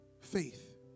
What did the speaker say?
Faith